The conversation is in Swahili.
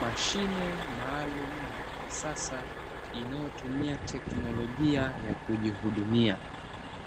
Mashine maalumu na ya kisasa inayotumia teknolojia ya kujihudumia,